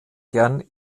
gerne